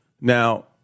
Now